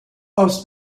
aus